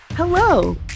Hello